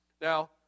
Now